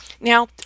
Now